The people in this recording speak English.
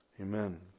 Amen